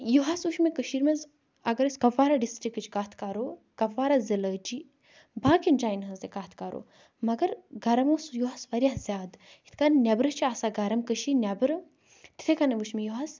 یُہُس وٕچھ مےٚ کٔشیٖر منٛز اگر أسۍ کپوارہ ڈسٹرکٕچ کَتھ کَرو کپوارہ زِلہٕ ہٕچی باقیَن جاین ہٕنٛز تہِ کَتھ کَرو مگر گَرم اوس یُہُس واریاہ زیادٕ یِتھ کَنۍ نٮ۪برٕ چھُ آسان گَرم کٔشیٖر نیبرٕ تِتھے کَنۍ وٕچھ مےٚ یُہُس